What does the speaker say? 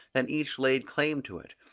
than each laid claim to it,